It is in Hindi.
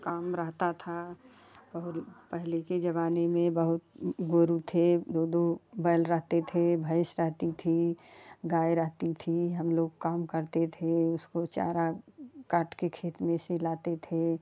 काम रहता था और पहले के जमाने में बहुत गोरु थे दो दो बैल रहते थे भैंस रहती थीं गाय रहती थीं हम लोग काम करते थे उसको चारा काट के खेत में से लाते थे